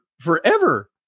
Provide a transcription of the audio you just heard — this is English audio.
forever